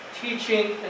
teaching